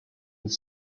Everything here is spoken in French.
est